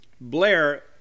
Blair